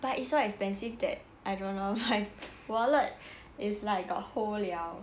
but it's so expensive that I don't know my wallet is like got hole liao